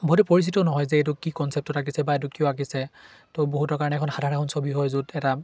বহুতে পৰিচিতও নহয় যে এইটো কি কনচেপ্টত আঁকিছে বা এইটো কিয় আঁকিছে তো বহুতৰ কাৰণে এইখন সাধাৰণ এখন ছবি হয় য'ত এটা